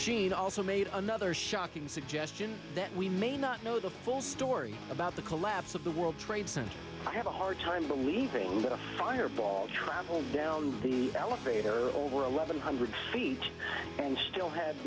she'd also made another shocking suggestion that we may not know the full story about the collapse of the world trade center i have a hard time believing that a fireball traveled down the elevator eleven hundred feet and still h